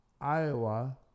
Iowa